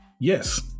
Yes